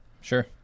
Sure